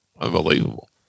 unbelievable